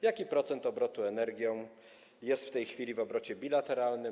Jaki procent obrotu energią jest w tej chwili w obrocie bilateralnym?